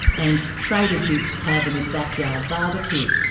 and trader duke's tavern and backyard barbecues.